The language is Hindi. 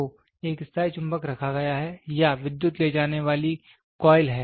तो एक स्थायी चुंबक रखा गया है या विद्युत ले जाने वाली कोयल् है